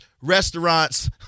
restaurants